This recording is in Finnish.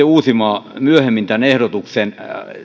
uusimaan myöhemmin tämän ehdotuksen